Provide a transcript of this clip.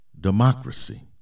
democracy